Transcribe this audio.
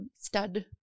stud